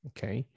Okay